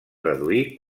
reduir